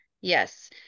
Yes